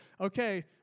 okay